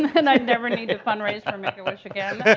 and i'd never need to fundraise for make-a-wish again.